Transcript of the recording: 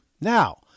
now